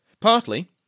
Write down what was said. Partly